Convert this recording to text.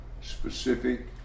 specific